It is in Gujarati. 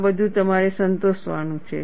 આ બધું તમારે સંતોષવાનું છે